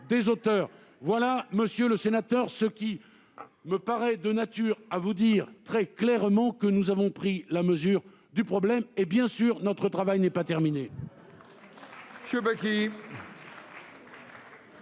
monsieur le sénateur, me permettent de vous dire très clairement que nous avons pris la mesure du problème. Bien sûr, notre travail n'est pas terminé